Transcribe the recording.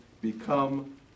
become